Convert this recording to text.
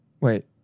Wait